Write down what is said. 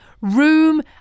Room